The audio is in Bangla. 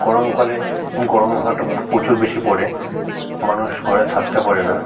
গরম কালে গরম হাওয়াটা প্রচুর বেশি পড়ে মানুষ ঘরে থাকতে পারে না